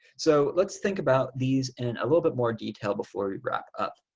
so let's think about these in a little bit more detail before we wrap up.